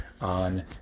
on